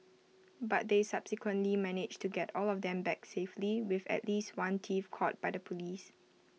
but they subsequently managed to get all of them back safely with at least one thief caught by the Police